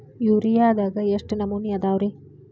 ಯೂರಿಯಾದಾಗ ಎಷ್ಟ ನಮೂನಿ ಅದಾವ್ರೇ?